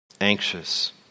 anxious